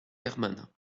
hermann